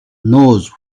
knows